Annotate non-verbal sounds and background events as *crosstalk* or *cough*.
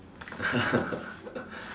*laughs*